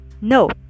No